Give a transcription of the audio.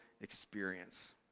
experience